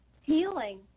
Healing